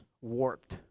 warped